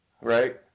Right